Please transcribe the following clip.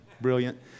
brilliant